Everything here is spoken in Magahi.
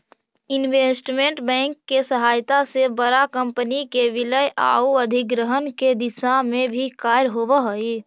इन्वेस्टमेंट बैंक के सहायता से बड़ा कंपनी के विलय आउ अधिग्रहण के दिशा में भी कार्य होवऽ हइ